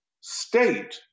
state